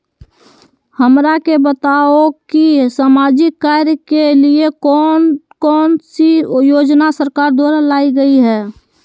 हमरा के बताओ कि सामाजिक कार्य के लिए कौन कौन सी योजना सरकार द्वारा लाई गई है?